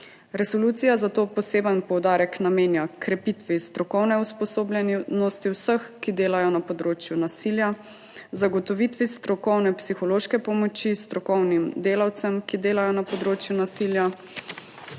Resolucija zato poseben poudarek namenja krepitvi strokovne usposobljenosti vseh, ki delajo na področju nasilja, zagotovitvi strokovne psihološke pomoči strokovnim delavcem, ki delajo na področju nasilja,